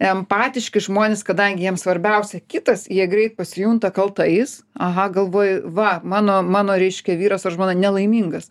empatiški žmonės kadangi jiems svarbiausia kitas jie greit pasijunta kaltais aha galvoja va mano mano reiškia vyras ar žmona nelaimingas